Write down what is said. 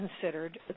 considered